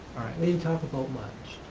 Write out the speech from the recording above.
we didn't talk about much.